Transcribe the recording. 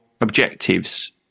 objectives